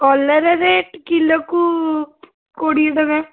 କଲରା ରେଟ୍ କିଲୋକୁ କୋଡ଼ିଏ ଟଙ୍କା